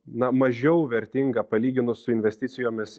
na mažiau vertingą palyginus su investicijomis